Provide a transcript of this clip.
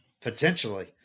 potentially